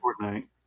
Fortnite